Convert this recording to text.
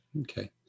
Okay